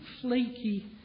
flaky